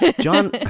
John